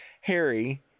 Harry